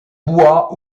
bois